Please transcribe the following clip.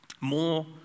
more